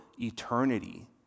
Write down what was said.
eternity